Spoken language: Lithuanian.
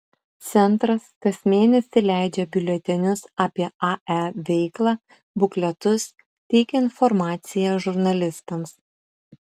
centras kas mėnesį leidžia biuletenius apie ae veiklą bukletus teikia informaciją žurnalistams